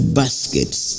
baskets